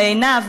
לעינב,